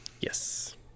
Yes